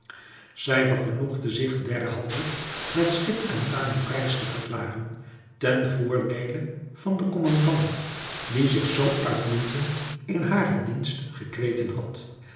zij vergenoegde zich derhalve met schip en lading prijs te verklaren ten voordeele van den kommandant die zich zoo uitmuntend in haren dienst gekweten had